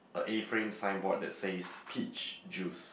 a A frame signboard that says peach juice